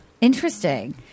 Interesting